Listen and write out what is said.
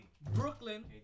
Brooklyn